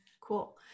Cool